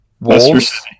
Wolves